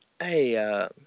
Hey